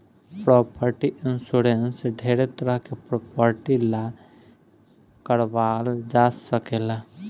property insurance ढेरे तरह के प्रॉपर्टी ला कारवाल जा सकेला